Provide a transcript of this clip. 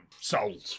sold